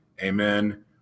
Amen